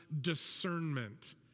discernment